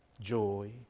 Joy